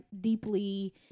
deeply